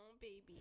baby